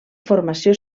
formació